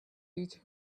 teach